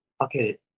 Okay